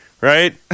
right